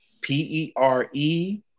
P-E-R-E-